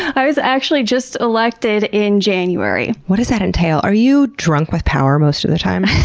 i was actually just elected in january. what does that entail? are you drunk with power most of the time?